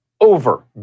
Over